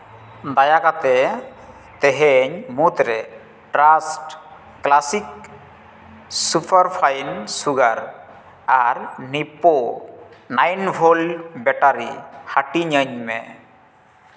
ᱫᱟᱭᱟ ᱠᱟᱛᱮᱫ ᱛᱮᱦᱮᱧ ᱢᱩᱫᱽᱨᱮ ᱴᱨᱟᱥᱴ ᱠᱞᱟᱥᱤᱠ ᱥᱩᱯᱟᱨᱯᱷᱟᱭᱤᱱ ᱥᱩᱜᱟᱨ ᱟᱨ ᱱᱤᱯᱳ ᱱᱟᱭᱤᱱ ᱵᱷᱳᱞᱴ ᱵᱮᱨᱟᱴᱤ ᱦᱟᱹᱴᱤᱧᱟᱹᱧ ᱢᱮ